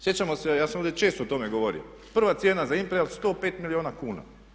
Sjećamo se, ja sam ovdje često o tome govorio, prva cijena za Imperial 105 milijuna kuna.